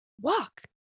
walk